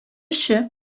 эше